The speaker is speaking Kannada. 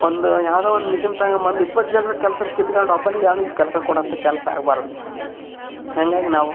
ಒಂದು ಯಾವುದೋ ಒಂದು ಮಿಷಿನ್ ತಗೋಂಬಂದ್ ಇಪ್ಪತ್ತು ಜನ್ರ ಕೆಲಸ ಕಿತ್ಕೊಂಡ್ ಒಬ್ಬನಿಗೆ ಯಾವನಿಗೆ ಕೆಲಸ ಕೊಡುವಷ್ಟು ಕೆಲಸ ಆಗಬಾರ್ದು ಹಂಗಾಗಿ ನಾವು